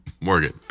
Morgan